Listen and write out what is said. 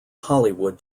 hollywood